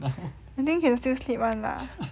I think can still sleep [one] lah